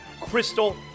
crystal